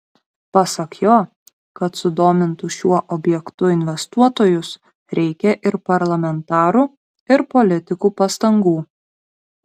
pasak jo kad sudomintų šiuo objektu investuotojus reikia ir parlamentarų ir politikų pastangų